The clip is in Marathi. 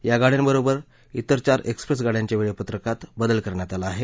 या गाङ्यांबरोबर ित्वर चार एक्सप्रेस गाड्यांच्या वेळापत्रकात बदल करण्यात आला आहे